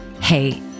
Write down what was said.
Hey